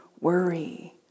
worry